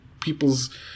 people's